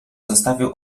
zostawił